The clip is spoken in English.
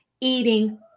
eating